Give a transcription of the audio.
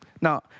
Now